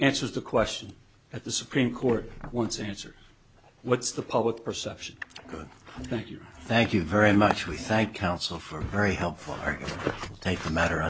answers the question at the supreme court wants an answer what's the public perception good thank you thank you very much we thank counsel for a very helpful take a matter